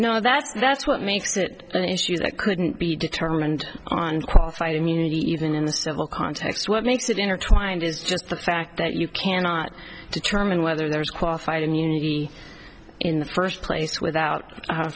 no that's that's what makes it an issue that couldn't be determined on qualified immunity even in the civil context what makes it intertwined is just the fact that you cannot determine whether there is qualified immunity in the first place without